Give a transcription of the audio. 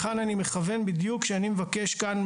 אני מכוון לכאן בדיוק כשאני מבקש כאן,